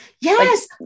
yes